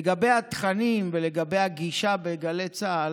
לגבי התכנים ולגבי הגישה בגלי צה"ל,